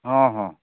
ᱦᱮᱸ ᱦᱮᱸ